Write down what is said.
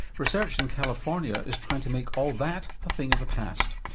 research in california is trying to make all that a thing of the past.